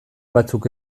batzuk